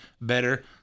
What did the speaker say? better